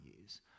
years